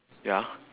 ya